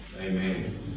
Amen